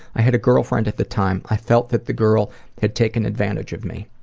i had a girlfriend at the time. i felt that the girl had taken advantage of me.